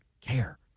care